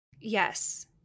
Yes